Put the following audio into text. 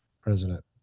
president